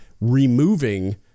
removing